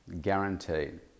Guaranteed